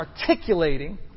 articulating